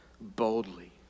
boldly